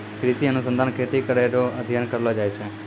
कृषि अनुसंधान खेती करै रो अध्ययन करलो जाय छै